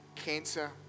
cancer